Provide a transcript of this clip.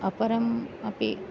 अपरम् अपि